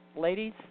Ladies